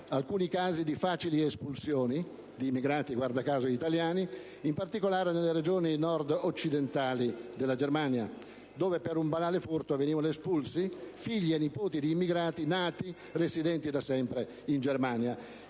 alcuni casi di facili espulsioni di immigrati - guarda caso - italiani, in particolare nelle Regioni Nord-occidentali della Germania, dove, per un banale furto, venivano espulsi figli e nipoti di immigrati nati e residenti da sempre in Germania.